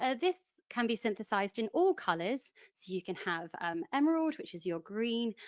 ah this can be synthesised in all colours, so you can have um emerald, which is your green,